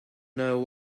know